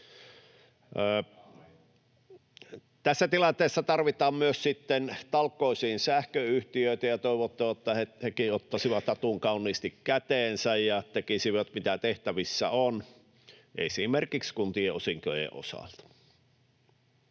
Tässä tilanteessa tarvitaan myös sähköyhtiöitä talkoisiin, ja toivotaan, että hekin ottaisivat hatun kauniisti käteensä ja tekisivät, mitä tehtävissä on, esimerkiksi kuntien osinkojen osalta.